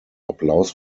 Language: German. applaus